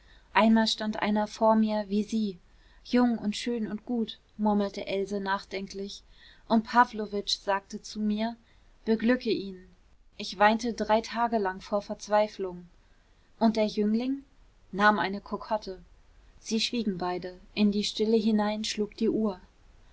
einmal stand einer vor mir wie sie jung und schön und gut murmelte else nachdenklich und pawlowitsch sagte zu mir beglücke ihn ich weinte drei tage lang vor verzweiflung und der jüngling nahm eine kokotte sie schwiegen beide in die stille hinein schlug die uhr